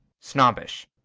snobbish.